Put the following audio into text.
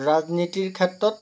ৰাজনীতিৰ ক্ষেত্ৰত